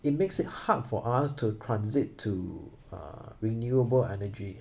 it makes it hard for us to transit to uh renewable energy